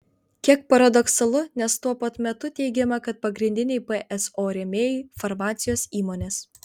kiek paradoksalu nes tuo pat metu teigiama kad pagrindiniai pso rėmėjai farmacijos įmonės